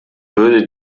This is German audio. würde